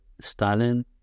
Stalin